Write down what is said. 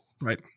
Right